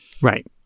Right